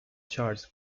charged